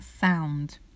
sound